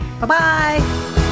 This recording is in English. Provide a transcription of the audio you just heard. Bye-bye